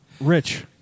Rich